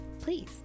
Please